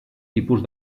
tipus